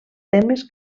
temes